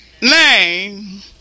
Name